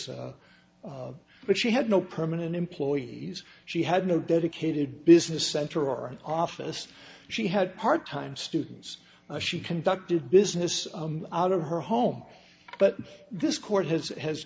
but she had no permanent employees she had no dedicated business center or an office she had part time students a she conducted business out of her home but this court has has